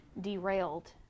derailed